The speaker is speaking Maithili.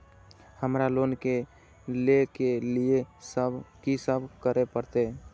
हमरा लोन ले के लिए की सब करे परते?